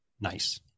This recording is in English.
Nice